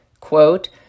quote